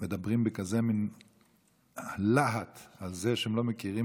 ומדברים בכזה מין להט על זה שלא מכירים